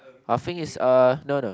laughing is a no no